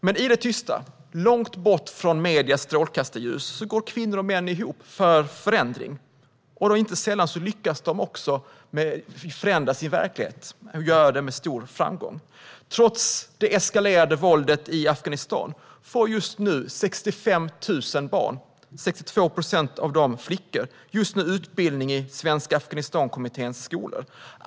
Men i det tysta och långt bort från mediernas strålkastarljus går kvinnor och män ihop för förändring. Inte sällan lyckas de också förändra sin verklighet och göra det med stor framgång. Trots det eskalerade våldet i Afghanistan får just nu 65 000 barn, 62 procent av dem är flickor, utbildning i Svenska Afghanistankommitténs skolor.